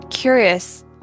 curious